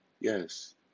yes